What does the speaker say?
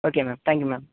okay ma'am thank you ma'am